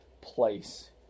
place